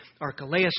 Archelaus